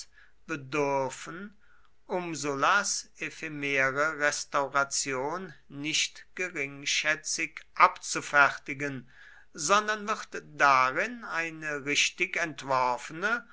bedürfen um sullas ephemere restauration nicht geringschätzig abzufertigen sondern wird darin eine richtig entworfene